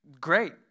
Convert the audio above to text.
great